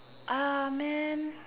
ah man